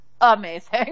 Amazing